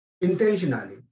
intentionally